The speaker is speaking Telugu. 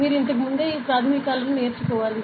మీరు ఇంతకు ముందే ఈ ప్రాథమికాలను నేర్చుకోవాలి